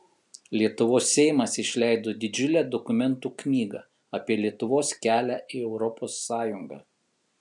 lietuvos seimas išleido didžiulę dokumentų knygą apie lietuvos kelią į europos sąjungą